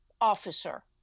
officer